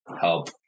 help